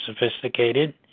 sophisticated